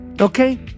Okay